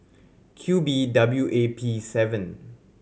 Q B W A P seven